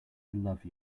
love